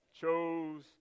chose